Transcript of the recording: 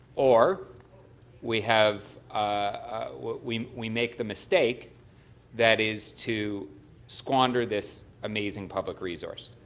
or we have we we make the mistake that is to skwaunder this amazing public resource.